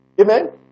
Amen